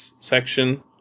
section